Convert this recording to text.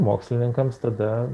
mokslininkams tada